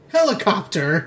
Helicopter